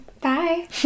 Bye